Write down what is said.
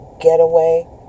getaway